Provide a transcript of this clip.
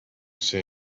say